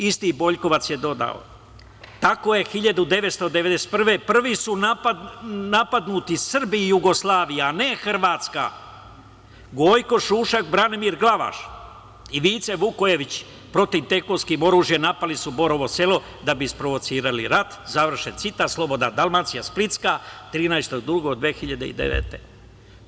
Isti Boljkovac je dodao: "Tako su 1991. godine prvi napadnuti Srbi i Jugoslavija, a ne Hrvatska, Gojko Šušak, Branimir Glavaš i Vice Vukojević, protivtenkovskim oružjem napali su Borovo Selo da bi isprovocirali rat" - "Slobodna Dalmacija" splitska, 13. 02. 2009. godine.